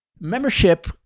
Membership